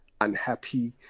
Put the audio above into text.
unhappy